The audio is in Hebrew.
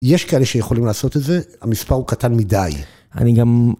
יש כאלה שיכולים לעשות את זה, המספר הוא קטן מדי. אני גם...